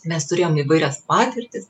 mes turėjom įvairias patirtis